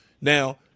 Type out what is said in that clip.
Now